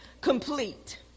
complete